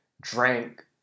drank